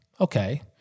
okay